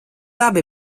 abi